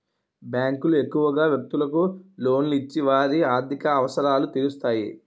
బ్యాంకులు ఎక్కువగా వ్యక్తులకు లోన్లు ఇచ్చి వారి ఆర్థిక అవసరాలు తీరుస్తాయి